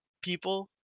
people